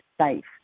safe